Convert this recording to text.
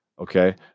Okay